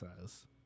says